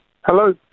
Hello